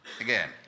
Again